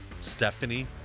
Stephanie